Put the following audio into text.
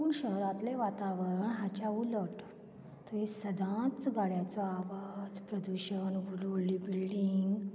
पूण शहरातलें वातावरण हाच्या उलट थंय सदांच गाड्याचो आवाज प्रदुशण व्हडली व्हडली बिल्डींग